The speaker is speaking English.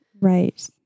Right